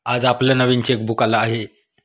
आज आपलं नवीन चेकबुक आलं आहे